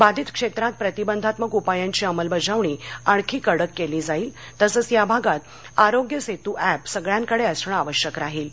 बाधित क्षेत्रात प्रतिबंधात्मक उपायांची अंमलबजावणी आणखी कडक केली जाईल तसंच या भागात आरोग्यसेतू ऍप सगळ्यांकडे असणं आवश्यक राहील